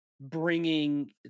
bringing